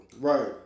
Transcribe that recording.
Right